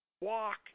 walk